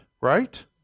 right